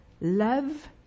Love